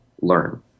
learn